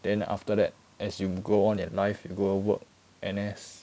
then after that as you go on at life you go work N_S